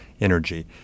energy